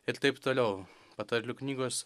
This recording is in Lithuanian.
ir taip toliau patarlių knygos